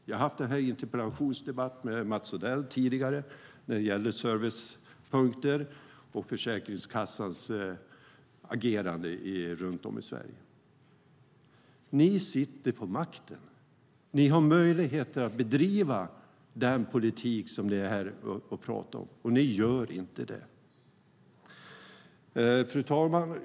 Vi har haft en interpellationsdebatt med Mats Odell tidigare när det gäller servicepunkter och Försäkringskassans agerande runt om i Sverige. Ni sitter på makten. Ni har möjligheter att bedriva den politik som ni är här och pratar om, och ni gör inte det. Fru talman!